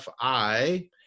FI